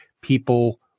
people